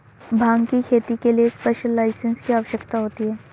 भांग की खेती के लिए स्पेशल लाइसेंस की आवश्यकता होती है